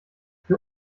für